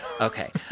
okay